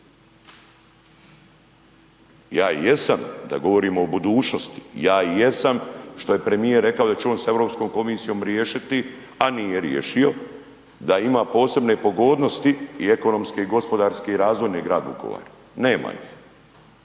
Ja i jesam da govorimo o budućnosti, ja i jesam što je premijer rekao da će on s Europskom komisijom riješiti, a nije riješio da ima posebne pogodnosti i ekonomske i gospodarske i razvojne grad Vukovar, nema ih.